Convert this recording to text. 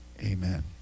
Amen